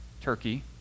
Turkey